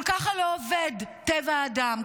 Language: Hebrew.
אבל ככה לא עובד טבע האדם.